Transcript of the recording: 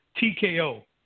TKO